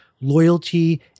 loyalty